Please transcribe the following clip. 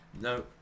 No